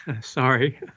Sorry